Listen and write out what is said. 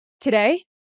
today